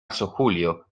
julio